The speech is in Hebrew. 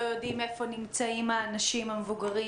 לא יודעים איפה נמצאים האנשים המבוגרים